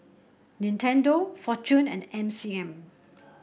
Nintendo Fortune and M C M